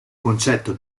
concetto